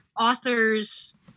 authors